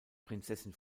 prinzessin